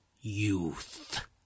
youth